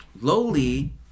Lowly